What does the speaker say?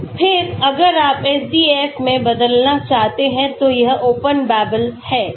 फिर अगर आप SDF में बदलना चाहते हैं तो यह Open Babel है